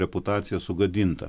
reputacija sugadinta